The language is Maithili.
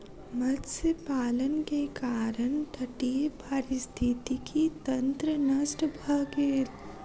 मत्स्य पालन के कारण तटीय पारिस्थितिकी तंत्र नष्ट भ गेल